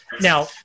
Now